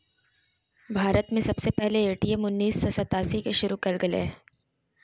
भारत में सबसे पहले ए.टी.एम उन्नीस सौ सतासी के शुरू कइल गेलय